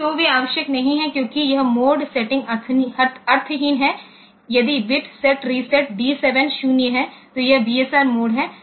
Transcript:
तो वे आवश्यक नहीं हैं क्योंकि यह मोड सेटिंग अर्थहीन है यदि बिट सेट रीसेट डी 7 0 है तो यह बीएसआर मोड है